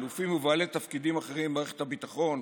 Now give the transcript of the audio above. אלופים ובעלי תפקידים אחרים במערכת הביטחון,